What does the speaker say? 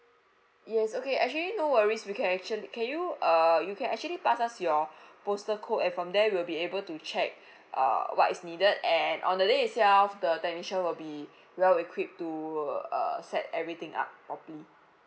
yes okay actually no worries we can actually can you err you can actually pass us your postal code and from there we'll be able to check uh what is needed and on the day itself the technician will be well equipped to err set everything up properly